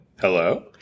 Hello